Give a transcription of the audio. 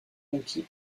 conquis